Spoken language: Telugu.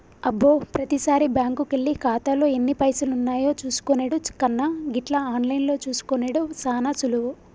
అబ్బో ప్రతిసారి బ్యాంకుకెళ్లి ఖాతాలో ఎన్ని పైసలున్నాయో చూసుకునెడు కన్నా గిట్ల ఆన్లైన్లో చూసుకునెడు సాన సులువు